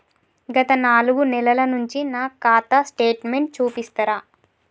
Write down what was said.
గత నాలుగు నెలల నుంచి నా ఖాతా స్టేట్మెంట్ చూపిస్తరా?